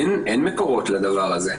אין מקורות לדבר הזה,